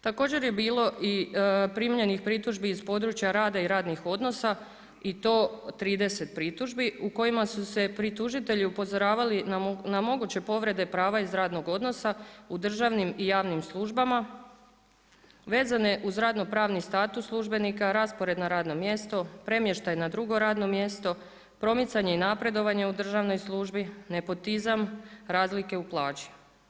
Također je bilo i primljenih pritužbi iz područja rada i radnih odnosa i to 30 pritužbi u kojima su se pritužitelji upozoravali na moguće povrede prava iz radnog odnosa u državnim i javnim službama vezane uz radno-pravni status službenika, raspored na radno mjesto, premještaj na drugo radno mjesto, promicanje i napredovanje u državnoj službi, nepotizam, razlike u plaći.